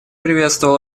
приветствовал